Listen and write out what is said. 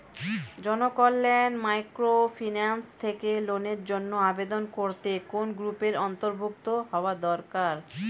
Janakalyan microfinance থেকে লোনের জন্য আবেদন করতে কোন গ্রুপের অন্তর্ভুক্ত হওয়া দরকার?